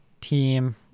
team